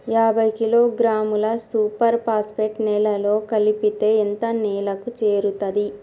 యాభై కిలోగ్రాముల super phosphate నేలలో కలిపితే ఎంత నేలకు చేరుతది?